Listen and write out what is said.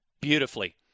beautifully